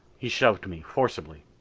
he shoved me forcibly.